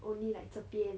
only like 这边